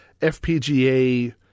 FPGA